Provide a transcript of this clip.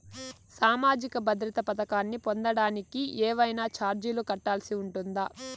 సామాజిక భద్రత పథకాన్ని పొందడానికి ఏవైనా చార్జీలు కట్టాల్సి ఉంటుందా?